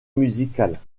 musicale